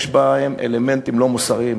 יש בה אלמנטים לא מוסריים,